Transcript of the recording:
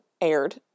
aired